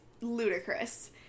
ludicrous